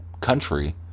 country